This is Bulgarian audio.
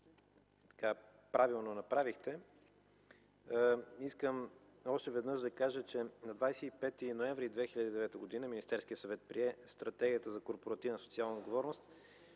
която правилно направихте, искам още веднъж да кажа, че на 25 ноември 2009 г. Министерският съвет прие Стратегия за корпоративна социална отговорност